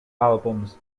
albums